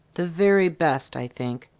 the very best, i think,